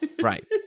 right